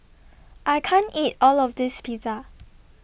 I can't eat All of This Pizza